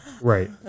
Right